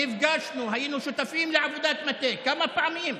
נפגשנו, היינו שותפים לעבודת מטה כמה פעמים,